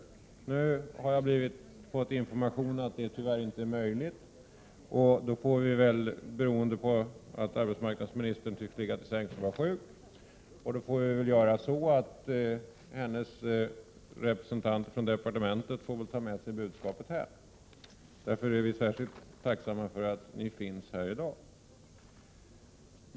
Nu har jag blivit informerad om att det tyvärr inte är möjligt, beroende på att arbetsmarknadsministern tycks ligga till sängs och vara sjuk. Då får vi väl göra så att hennes representanter från departementet får ta med sig budskapet hem. Därför är vi särskilt tacksamma för att ni finns här i dag.